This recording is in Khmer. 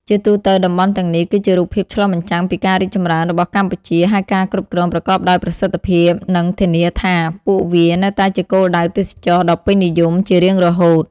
ជាទូទៅ តំបន់ទាំងនេះគឺជារូបភាពឆ្លុះបញ្ចាំងពីការរីកចម្រើនរបស់កម្ពុជា ហើយការគ្រប់គ្រងប្រកបដោយប្រសិទ្ធភាពនឹងធានាថា ពួកវានៅតែជាគោលដៅទេសចរណ៍ដ៏ពេញនិយមជារៀងរហូត។